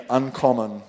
uncommon